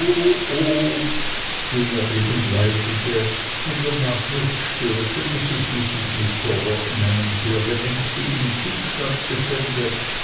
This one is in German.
leitete mit der nachricht störte daß sich mrs micawber in einem sehr beängstigenden zustand befände